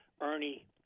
Ernie